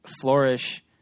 flourish